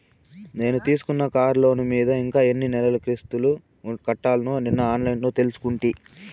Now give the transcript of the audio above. నేను తీసుకున్న కార్లోను మీద ఇంకా ఎన్ని నెలలు కిస్తులు కట్టాల్నో నిన్న ఆన్లైన్లో తెలుసుకుంటి